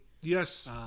Yes